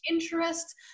interest